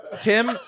Tim